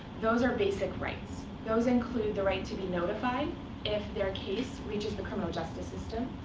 those are basic rights. those include the right to be notified if their case reaches the criminal justice system.